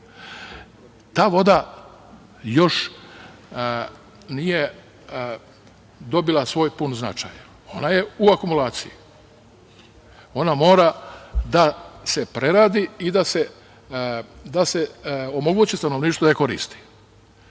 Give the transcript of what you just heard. Ta voda još nije dobila svoj pun značaj. Ona je u akumulaciji, ona mora da se preradi i da se omogući stanovništvu da je koristi. Tu